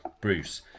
Bruce